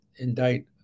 indict